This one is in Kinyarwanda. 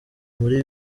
muri